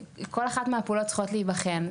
כל אחת מהפעולות צריכה להיבחן,